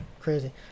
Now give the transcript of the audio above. crazy